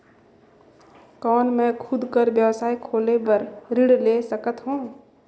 कौन मैं खुद कर व्यवसाय खोले बर ऋण ले सकत हो?